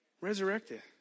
Resurrected